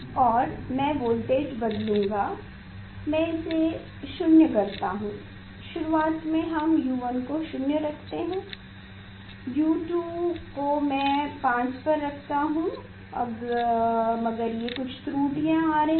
और मैं वोल्टेज बदलूंगामैं इसे 0 करता हूँ शुरुआत में हम U1 को 0 रखते हैं U2 को मैं 5 पर रखता हूँ मगर ये कुछ त्रुटियों यहाँ आ रही हैं